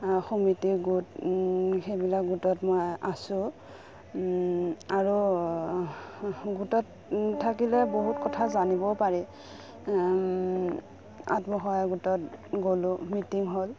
সমিতিৰ গোট সেইবিলাক গোটত মই আছোঁ আৰু গোটত থাকিলে বহুত কথা জানিবও পাৰি আত্মসহায় গোটত গ'লোঁ মিটিং হ'ল